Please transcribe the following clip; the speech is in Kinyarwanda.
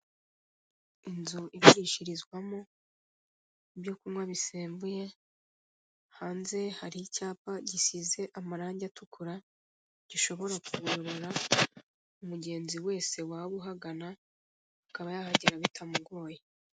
Inzu icururizwamo ibyo kunywa bisembuye hanze hari icyapa gisize amarange atukura, gishobora kuyobora umugenzi wese waba ahagana akaba yahagera bitamukoye.